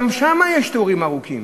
גם שם יש תורים ארוכים.